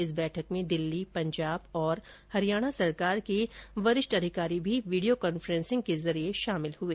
इस बैठक में दिल्ली पंजाब और हरियाणा सरकार के वरिष्ठ अधिकारी भी वीडियो कॉन्फ्रेंस के जरिए शामिल हुए